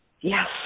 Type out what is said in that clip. Yes